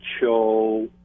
show